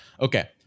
okay